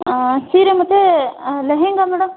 ಹಾಂ ಸೀರೆ ಮತ್ತು ಲೆಹೆಂಗಾ ಮೇಡಮ್